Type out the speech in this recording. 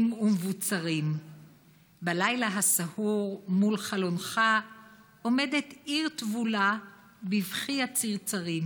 ומבוצרים / בלילה הסהור / מול חלונך עומדת / עיר טבולה בבכי הצרצרים